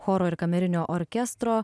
choro ir kamerinio orkestro